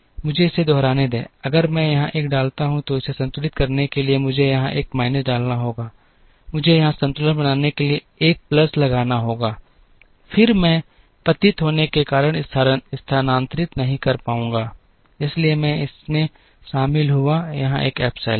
मुझे इसे दोहराने दें अगर मैं यहां 1 डालता हूं तो इसे संतुलित करने के लिए मुझे यहां 1 माइनस डालना होगा मुझे यहां संतुलन बनाने के लिए 1 प्लस लगाना होगा फिर मैं पतित होने के कारण स्थानांतरित नहीं कर पाऊंगा इसलिए मैं इसमें शामिल हुआ यहाँ एक एप्सिलॉन